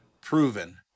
proven